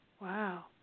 Wow